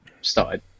started